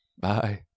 Bye